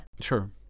Sure